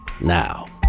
Now